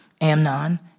Amnon